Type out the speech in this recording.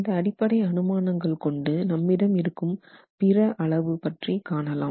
இந்த அடிப்படை அனுமானங்கள் கொண்டு நம்மிடம் இருக்கும் பிற அளவு பற்றி காணலாம்